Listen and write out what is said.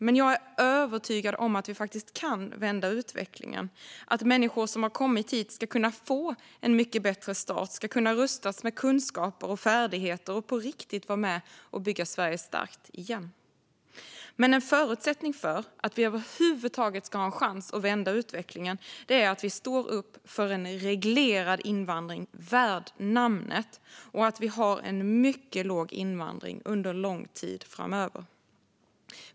Men jag är övertygad om att vi faktiskt kan vända utvecklingen - att människor som har kommit hit ska kunna få en mycket bättre start, ska kunna rustas med kunskaper och färdigheter och på riktigt vara med och bygga Sverige starkt igen. Men en förutsättning för att vi över huvud taget ska ha en chans att vända utvecklingen är att vi står upp för en reglerad invandring värd namnet och att vi har en mycket låg invandring under lång tid framöver.